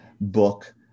book